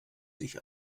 sich